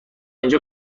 اینجا